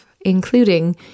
including